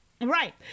Right